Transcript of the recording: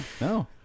no